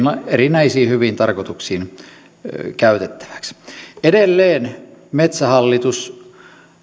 erinäisiin hyviin tarkoituksiin käytettäväksi edelleen metsähallitus